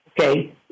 okay